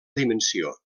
dimensió